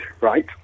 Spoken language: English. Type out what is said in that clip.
Right